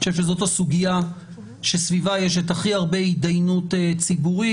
זו הסוגיה שסביבה יש הכי הרבה התדיינות ציבורית.